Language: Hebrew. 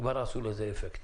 וכבר עשו לזה אפקט.